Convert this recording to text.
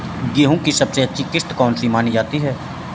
गेहूँ की सबसे अच्छी किश्त कौन सी मानी जाती है?